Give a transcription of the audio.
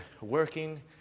working